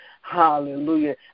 Hallelujah